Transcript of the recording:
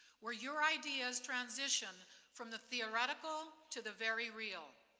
where your ideas transition from the theoretical to the very real.